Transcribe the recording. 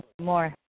more